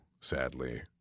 sadly